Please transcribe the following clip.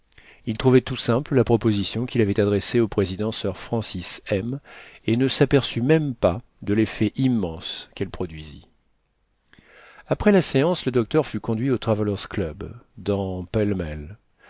il trouvait toute simple la proposition qu'il avait adressée au président sir francis m et ne s'aperçut même pas de leffet immense qu'elle produisit après la séance le docteur fut conduit au traveller's club dans